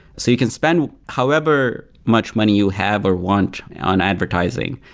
so you can spend however much money you have or want on advertising,